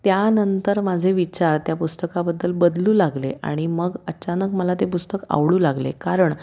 त्यानंतर माझे विचार त्या पुस्तकाबद्दल बदलू लागले आणि मग अचानक मला ते पुस्तक आवडू लागले कारण